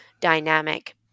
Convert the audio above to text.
dynamic